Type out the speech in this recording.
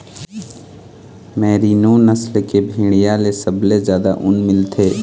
merino नसल के भेड़िया ले सबले जादा ऊन मिलथे